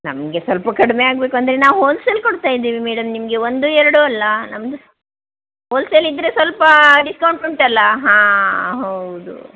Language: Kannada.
ನಮಗೆ ಸ್ವಲ್ಪ ಕಡಿಮೆ ಆಗ್ಬೇಕು ಅಂದರೆ ನಾವು ಹೋಲ್ಸೇಲ್ ಕೊಡ್ತಾಯಿದ್ದೀವಿ ಮೇಡಮ್ ನಿಮಗೆ ಒಂದು ಎರಡು ಅಲ್ಲ ನಮ್ಮದು ಹೋಲ್ಸೇಲ್ ಇದ್ದರೆ ಸ್ವಲ್ಪ ಡಿಸ್ಕೌಂಟ್ ಉಂಟಲ್ಲ ಹಾಂ ಹೌದು